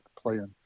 playing